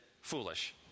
foolish